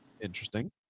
Interesting